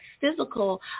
physical